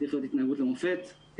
צריכה להיות התנהגות למופת.